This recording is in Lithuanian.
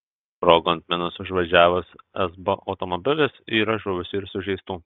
sprogo ant minos užvažiavęs esbo automobilis yra žuvusių ir sužeistų